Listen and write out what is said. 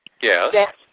Yes